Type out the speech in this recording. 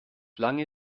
lange